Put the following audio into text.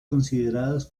consideradas